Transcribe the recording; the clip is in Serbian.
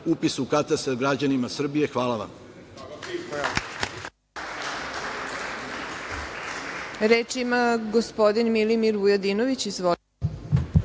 upisa u katastar, građanima Srbije. Hvala vam.